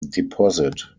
deposit